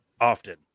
often